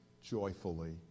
joyfully